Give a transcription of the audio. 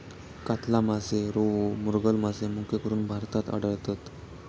कातला मासे, रोहू, मृगल मासे मुख्यकरून भारतात आढळतत